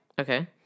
Okay